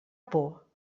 por